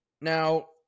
Now